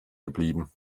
geblieben